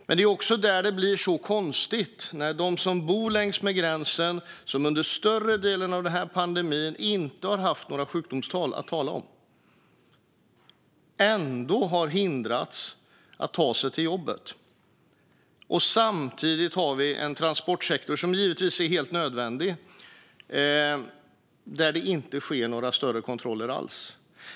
Men det är också där det blir så konstigt när de som bor längs med gränsen, där man under större delen av pandemin inte har haft några sjukdomstal att tala om, ändå har hindrats från att ta sig till jobbet. Samtidigt har vi en transportsektor, som givetvis är helt nödvändig, där det inte sker några större kontroller alls.